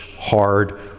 hard